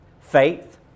Faith